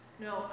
No